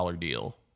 deal